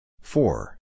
Four